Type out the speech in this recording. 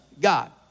God